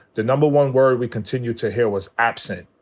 the number one word we continue to hear was absent.